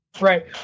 right